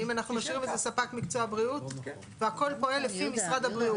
האם אנחנו משאירים את זה ספק מקצוע בריאות והכול פועל לפי משרד הבריאות?